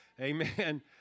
amen